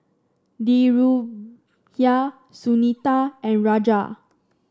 Dhirubhai Sunita and Raja